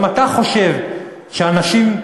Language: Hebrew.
אם אתה חושב שאנשים,